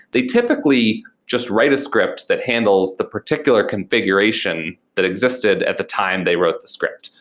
they typically just write a script that handles the particular configuration that existed at the time they wrote the script.